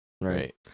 Right